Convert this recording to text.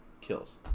kills